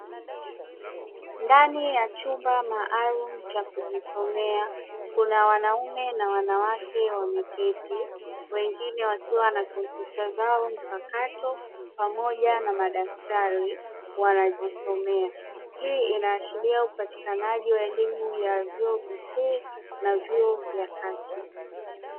Ndani ya chumba maalumu cha kujisomea kuna wanaume na wanawake wameketi, wengine wakiwa na kompyuta zao mpakato pamoja na madaftari wanajisomea. Hii inaashiria upatikanaji wa elimu ya vyuo vikuu na vyuo vya kati.